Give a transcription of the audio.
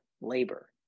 labor